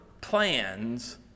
plans